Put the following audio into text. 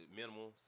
minimal